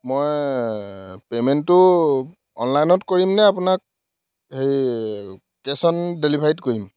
মই পেমেন্টটো অনলাইনত কৰিম নে আপোনাক হেৰি কেচ অন ডেলিভাৰীত কৰিম